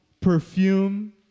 perfume